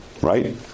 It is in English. right